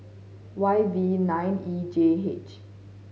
Y V nine E J H